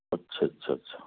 ਅੱਛਾ ਅੱਛਾ ਅੱਛਾ